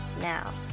now